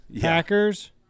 Packers